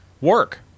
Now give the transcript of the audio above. work